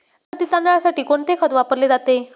बासमती तांदळासाठी कोणते खत वापरले जाते?